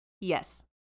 yes